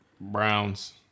Browns